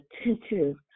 attentive